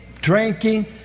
drinking